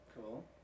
Cool